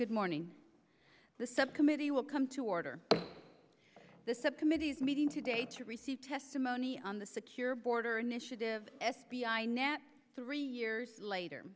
good morning the subcommittee will come to order the subcommittees meeting today to receive testimony on the secure border initiative f b i net three years later